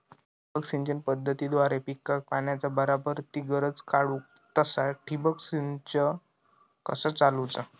ठिबक सिंचन पद्धतीद्वारे पिकाक पाण्याचा बराबर ती गरज काडूक तसा ठिबक संच कसा चालवुचा?